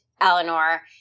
Eleanor